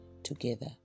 together